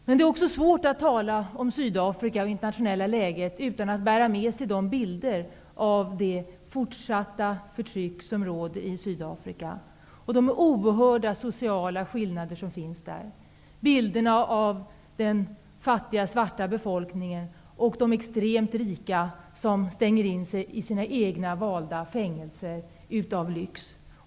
Det är också svårt att tala om Sydafrika och det internationella läget utan att bära med sig de bilder av det förtryck som fortfarande råder i Sydafrika, de oerhörda sociala skillnaderna, bilderna av den fattiga svarta befolkningen och de extremt rika som stänger in sig i sina egna valda fängelser av lyx.